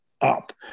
up